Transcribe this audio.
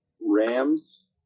Rams